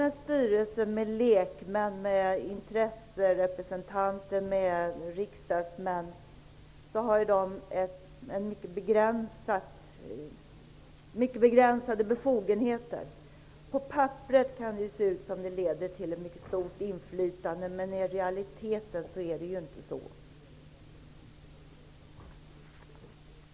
En styrelse med lekmän, intresserepresentanter och riksdagsmän har mycket begränsade befogenheter. På papperet kan det se ut som om detta leder till ett mycket stort inflytande, men i realiteten är det inte så.